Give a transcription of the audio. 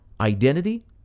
identity